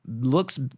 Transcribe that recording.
looks